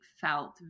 felt